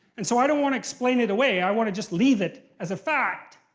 and so i don't want to explain it away i want to just leave it, as a fact.